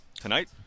tonight